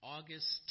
August